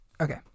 Okay